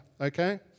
okay